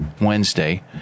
Wednesday